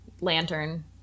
lantern